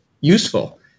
useful